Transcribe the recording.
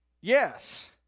yes